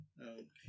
Okay